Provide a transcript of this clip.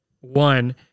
one